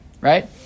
right